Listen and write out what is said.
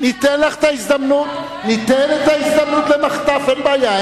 ניתן לך את ההזדמנות למחטף, אין בעיה.